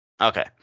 Okay